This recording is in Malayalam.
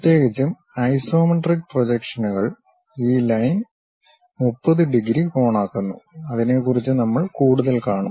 പ്രത്യേകിച്ചും ഐസോമെട്രിക് പ്രൊജക്ഷനുകൾ ഈ ലൈൻ 30 ഡിഗ്രി കോണാക്കുന്നു അതിനെക്കുറിച്ച് നമ്മൾ കൂടുതൽ കാണും